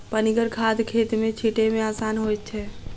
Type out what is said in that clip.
पनिगर खाद खेत मे छीटै मे आसान होइत छै